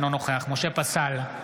אינו נוכח משה פסל,